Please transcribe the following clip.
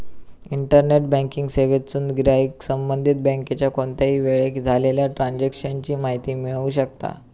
internet banking सेवेतसून गिराईक संबंधित बँकेच्या कोणत्याही वेळेक झालेल्या ट्रांजेक्शन ची माहिती मिळवू शकता